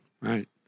Right